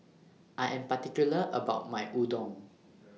I Am particular about My Udon